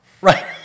right